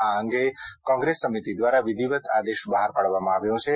આ અંગે કોંગ્રેસ સમિતિ દ્વારા વિધિવત આદેશ બહાર પાડવામાં આવ્યો છે